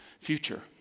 future